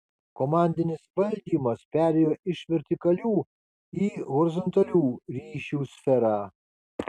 komandinis valdymas perėjo iš vertikalių į horizontalių ryšių sferą